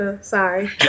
sorry